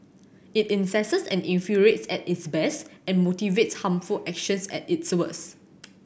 it incenses and infuriates at its best and motivates harmful actions at its worst